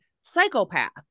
psychopath